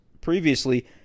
previously